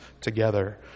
together